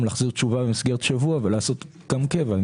להחזיר תשובה במסגרת שבוע ולקבוע את ההוראה כהוראת קבע.